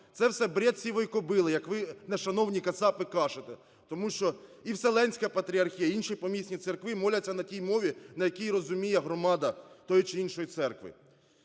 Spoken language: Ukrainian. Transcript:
Це все "бред сивой кобылы", як ви, нешановні кацапи, кажете. Тому що і Вселенська Патріархія, інші помісні церкви моляться на тій мові, на якій розуміє громада тої чи іншої церкви.